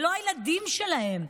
ללא הילדים שלהם,